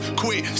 quit